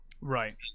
Right